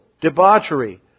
debauchery